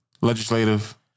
Legislative